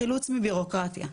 לחילוץ מביורוקרטיה,